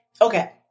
okay